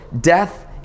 Death